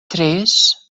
três